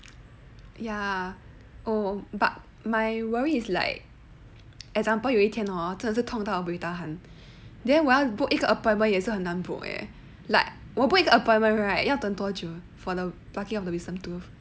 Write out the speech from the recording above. ya oh but my worry is like example 有一天 hor 真的是痛到 buay tahan then 我要 book 一个 appointment 也是很难 book eh like 我 book 一个 appointment right 要等多久 for the plucking of the wisdom tooth